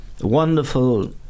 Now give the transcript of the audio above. wonderful